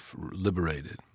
liberated